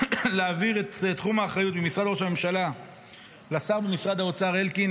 להעביר את תחום האחריות ממשרד ראש הממשלה לשר במשרד האוצר אלקין,